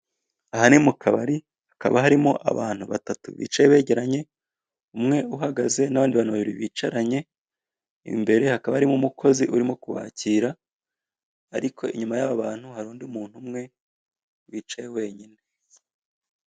Aha ni mukabari hakaba harimo abantu batatu bicaye begeranye, umwe uhagaze n'abandi babiri bicaranye, imbere hakaba harimo umukoze uri kubakira. Ariko inyuma yaba bantu hari undi muntu umwe wicaye wenyine.